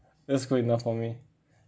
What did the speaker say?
that's good enough for me